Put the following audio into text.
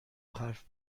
حرف